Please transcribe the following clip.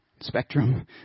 spectrum